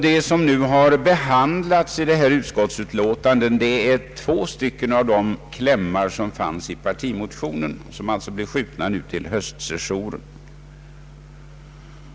Det som avhandlas i förevarande utskottsutlåtande är två klämmar i partimotionen, vilkas behandling alltså blev uppskjuten till höstsessionen.